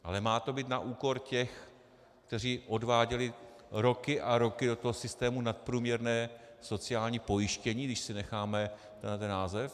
Ale má to být na úkor těch, kteří odváděli roky a roky do toho systému nadprůměrné sociální pojištění, když si necháme ten název?